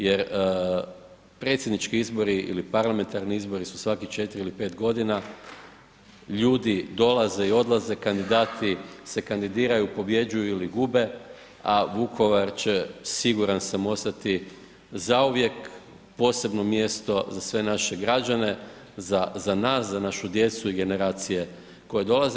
Jer predsjednički izbori ili parlamentarni izbori su svakih 4 ili 5 godina, ljudi dolaze i odlaze, kandidati se kandidiraju, pobjeđuju ili gube, a Vukovar će siguran sam ostati zauvijek posebno mjesto za sve naše građane, za nas, za našu djecu i generacije koje dolaze.